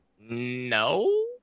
No